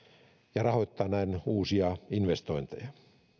ja rahoittaa näin uusia investointeja